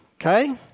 okay